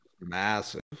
massive